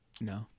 no